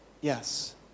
yes